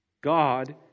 God